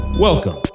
Welcome